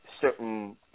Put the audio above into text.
certain